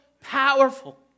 powerful